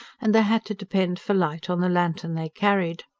and they had to depend for light on the lantern they carried.